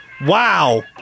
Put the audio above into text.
Wow